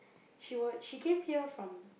she was she came here from